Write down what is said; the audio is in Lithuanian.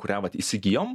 kurią vat įsigijom